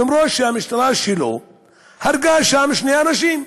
למרות שהמשטרה שלו הרגה שם שני אנשים,